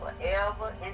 forever